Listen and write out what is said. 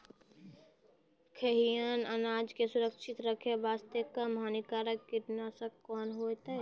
खैहियन अनाज के सुरक्षित रखे बास्ते, कम हानिकर कीटनासक कोंन होइतै?